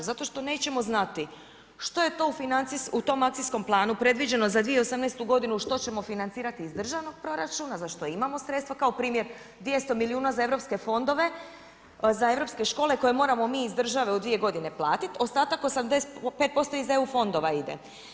Zato što nećemo znati, što je to u tom akcijskom planu predviđeno za 2018. g. što ćemo financirati iz državnog proračuna, za što imamo sredstava, kao primjer, 200 milijuna za europske fondove, za europske škole, koje moramo mi iz države u 2 g. platit, ostatak od 85% iz EU fondova ide.